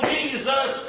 Jesus